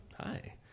Hi